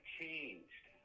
changed